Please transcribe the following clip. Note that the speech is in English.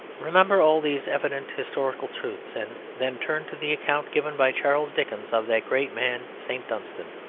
remember all these evident historical truths and then turn to the account given by charles dickens of that great man, st. dunstan.